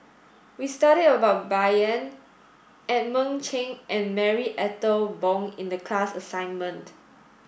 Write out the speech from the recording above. we studied about Bai Yan Edmund Cheng and Marie Ethel Bong in the class assignment